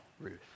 Ruth